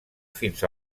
fins